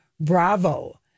Bravo